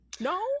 No